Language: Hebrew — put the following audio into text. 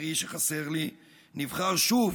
חברי שחסר לי, נבחר שוב